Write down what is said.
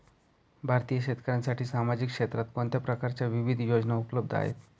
भारतीय शेतकऱ्यांसाठी सामाजिक क्षेत्रात कोणत्या प्रकारच्या विविध योजना उपलब्ध आहेत?